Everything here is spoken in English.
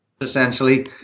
essentially